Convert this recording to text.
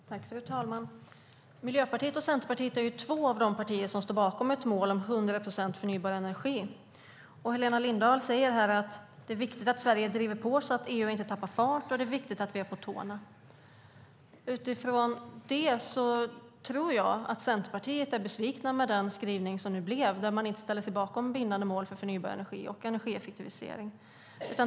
Fru talman! Miljöpartiet och Centerpartiet är två av de partier som står bakom ett mål på 100 procent förnybar energi. Helena Lindahl säger att det är viktigt att Sverige driver på så att EU inte tappar fart och att det är viktigt att vi är på tårna. Utifrån det tror jag att ni i Centerpartiet är besvikna på den skrivning som blev, där man inte ställer sig bakom bindande mål för förnybar energi och energieffektivisering.